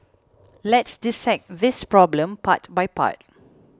let's dissect this problem part by part